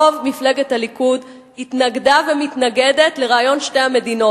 רוב מפלגת הליכוד התנגד ומתנגד לרעיון שתי המדינות.